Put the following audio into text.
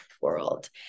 world